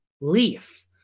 leaf